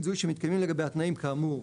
זהות שמתקיימים לגביה התנאים כאמור,